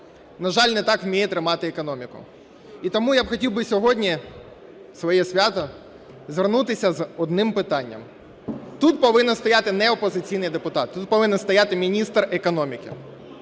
на жаль, не так вміє тримати економіку. І тому я хотів би сьогодні, в своє свято, звернутися з одним питанням. Тут повинен стояти не опозиційний депутат, тут повинен стояти міністр економіки,